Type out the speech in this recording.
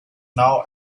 now